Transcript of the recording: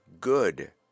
good